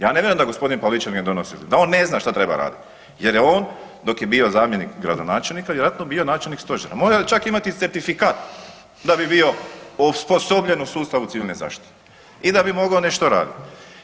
Ja ne dajem da gospodin Pavliček ne donosi, da on ne zna šta treba jer je on dok je bio zamjenik gradonačelnika vjerojatno bio načelnik stožera, morao je čak imati certifikat da bi bio osposobljen u sustavu civilne zaštite i da bi mogao nešto raditi.